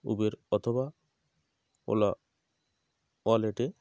Uber অথবা ওলা ওয়ালেটে